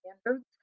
standards